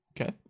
okay